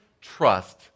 trust